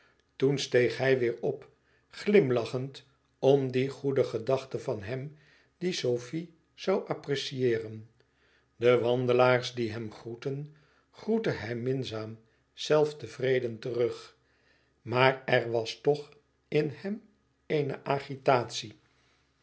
toen steeg hij weêr op glimlachend om die goede gedachte van hem die sofie zoû apprecieeren de wandelaars die hem groetten groette hij minzaam zelf tevreden terug maar er was toch in hem eene